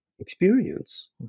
experience